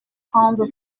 prendre